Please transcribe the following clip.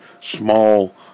small